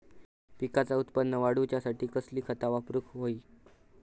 पिकाचा उत्पन वाढवूच्यासाठी कसली खता वापरूक होई?